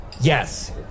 yes